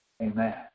Amen